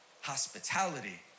hospitality